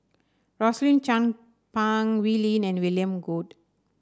Rosaline Chan Pang Wee Lin and William Goode